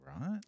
right